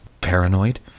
paranoid